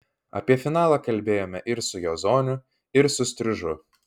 apie finalą kalbėjome ir su jozoniu ir su striužu